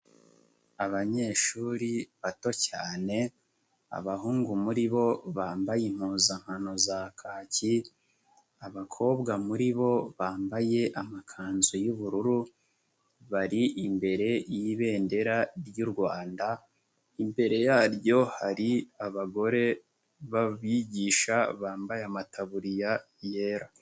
Abanyeshuri bato cyane abahungu muri bo bambaye impuzankano za kaki, abakobwa muri bo bambaye amakanzu y'ubururu, bari imbere y'Ibendera ry'u Rwanda, imbere yaryo hari abagore b'abigisha bambaye amataburiya yera.